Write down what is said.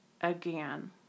again